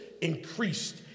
increased